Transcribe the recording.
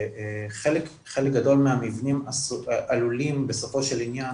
וחלק גדול מהמבנים עלולים בסופו של עניין